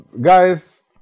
guys